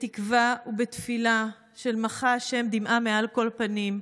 בתקווה ובתפילה של "מחה ה' דמעה מעל כל פנים",